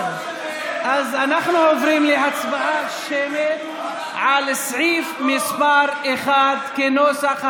אז אנחנו עוברים להצבעה שמית על סעיף 1 כנוסח הוועדה.